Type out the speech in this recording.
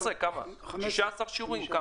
15 שיעורים.